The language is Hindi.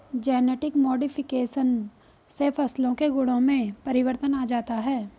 जेनेटिक मोडिफिकेशन से फसलों के गुणों में परिवर्तन आ जाता है